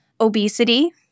Obesity